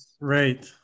Right